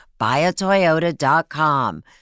buyatoyota.com